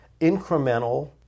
incremental